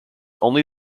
only